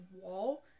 wall